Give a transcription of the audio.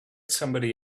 somebody